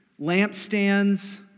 lampstands